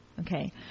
Okay